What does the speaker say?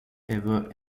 ever